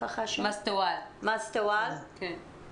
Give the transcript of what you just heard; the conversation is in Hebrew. צוהריים טובים.